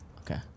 Okay